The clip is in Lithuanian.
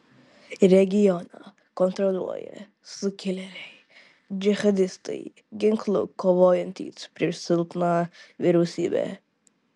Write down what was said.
regioną kontroliuoja sukilėliai džihadistai ginklu kovojantys prieš silpną vyriausybę